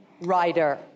rider